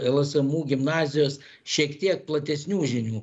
lsmu gimnazijos šiek tiek platesnių žinių